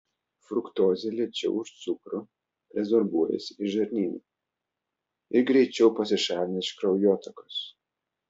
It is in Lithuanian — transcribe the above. fruktozė lėčiau už cukrų rezorbuojasi iš žarnyno ir greičiau pasišalina iš kraujotakos